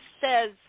says